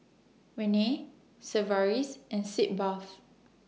Rene Sigvaris and Sitz Bath